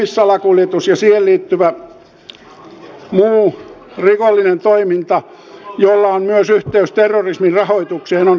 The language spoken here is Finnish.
ihmissalakuljetus ja siihen liittyvä muu rikollinen toiminta jolla on myös yhteys terrorismin rahoitukseen on katkaistava